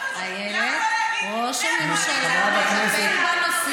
נחמיאס ורבין, אני קורא אותך לסדר פעם ראשונה.